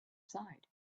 side